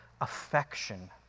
affection